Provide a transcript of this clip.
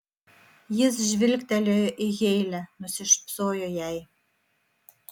jis žvilgtelėjo į heile nusišypsojo jai